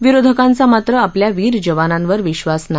विरोधकांचा मात्र आपल्या वीर जवानांवर विश्वास नाही